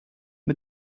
mit